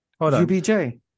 UBJ